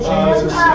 Jesus